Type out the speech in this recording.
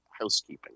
housekeeping